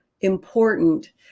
important